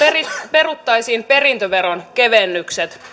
peruttaisiin perintöveron kevennykset